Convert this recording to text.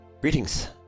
Greetings